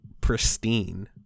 pristine